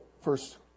First